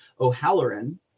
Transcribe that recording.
O'Halloran